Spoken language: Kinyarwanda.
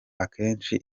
akenshi